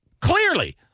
clearly